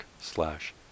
slash